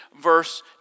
verse